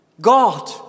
God